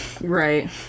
right